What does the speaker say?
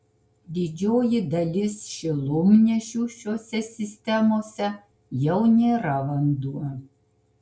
didžioji dalis šilumnešių šiose sistemose jau nėra vanduo